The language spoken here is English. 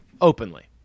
openly